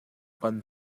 kan